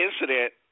incident